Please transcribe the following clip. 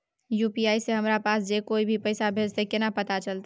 UPI से हमरा पास जे कोय भी पैसा भेजतय केना पता चलते?